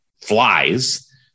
flies